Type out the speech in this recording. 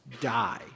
die